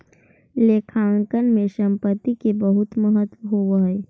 लेखांकन में संपत्ति के बहुत महत्व होवऽ हइ